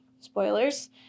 spoilers